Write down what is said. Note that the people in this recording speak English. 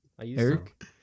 Eric